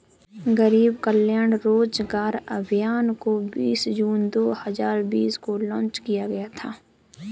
गरीब कल्याण रोजगार अभियान को बीस जून दो हजार बीस को लान्च किया गया था